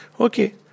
Okay